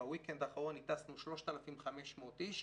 בוויקנד האחרון הטסנו 3,500 איש.